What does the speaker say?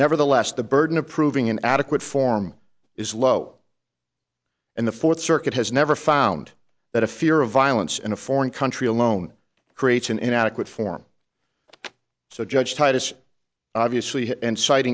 nevertheless the burden of proving an adequate form is low and the fourth circuit has never found that a fear of violence in a foreign country alone creates an inadequate form so judge titus obviously